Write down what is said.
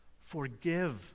forgive